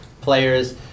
players